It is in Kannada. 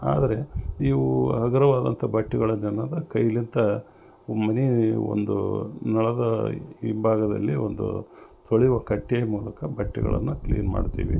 ಆದರೆ ಇವು ಹಗುರವಾದಂಥ ಬಟ್ಟೆಗಳೇನದ ಕೈಲಿಂದ ಮನೆ ಒಂದು ನಳದ ಹಿಂಭಾಗದಲ್ಲಿ ಒಂದು ತೊಳೆಯುವ ಕಟ್ಟೆಯ ಮೂಲಕ ಬಟ್ಟೆಗಳನ್ನು ಕ್ಲೀನ್ ಮಾಡ್ತಿವಿ